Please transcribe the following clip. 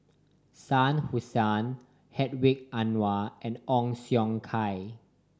Shah Hussain Hedwig Anuar and Ong Siong Kai